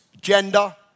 gender